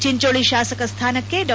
ಚಿಂಚೋಳಿ ಶಾಸಕ ಸ್ಥಾನಕ್ಕೆ ಡಾ